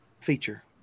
feature